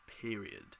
period